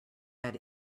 add